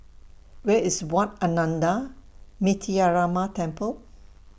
Where IS Wat Ananda Metyarama Temple